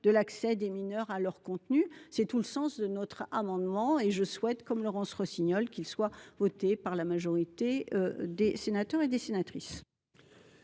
de l’accès des mineurs à leurs contenus. C’est tout le sens de notre amendement, et je souhaite, comme Laurence Rossignol, qu’il soit voté par la majorité des sénateurs et des sénatrices.